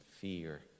fear